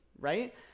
right